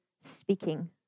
speaking